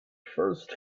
first